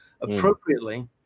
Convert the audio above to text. appropriately